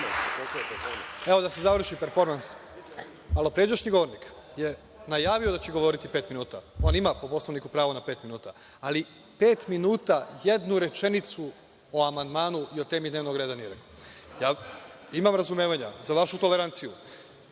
predsedavajući, malopređašnji govornik je najavio da će govoriti pet minuta. On ima po Poslovniku pravo na pet minuta, ali pet minuta jednu rečenicu o amandmanu i o temi dnevnog reda nije rekao. Ja imam razumevanja za vašu toleranciju.